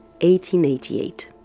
1888